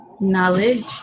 knowledge